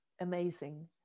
amazing